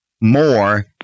more